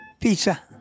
Pizza